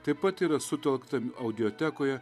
taip pat yra sutelkta audiotekoje